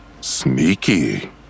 Sneaky